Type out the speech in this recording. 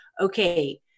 okay